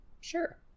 sure